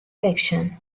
elections